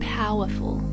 powerful